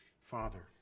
Father